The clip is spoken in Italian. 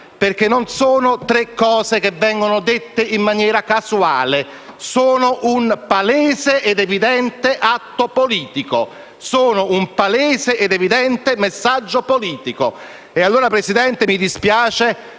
perché non sono dette in maniera casuale: sono un palese ed evidente atto politico; sono un palese ed evidente messaggio politico. E allora, signor Presidente, mi dispiace,